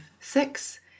six